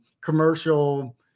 commercial